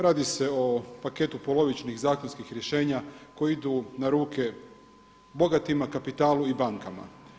Radi se o paketu polovičnih zakonskih rješenja koji idu na ruke bogatima, kapitalu i bankama.